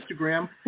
Instagram